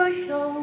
show